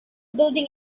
building